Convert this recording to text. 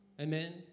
Amen